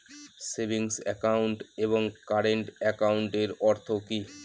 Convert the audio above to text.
Savings account এবং current একাউন্টের অর্থ কি?